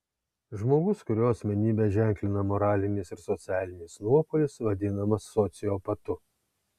žmogus kurio asmenybę ženklina moralinis ir socialinis nuopolis vadinamas sociopatu